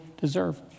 deserve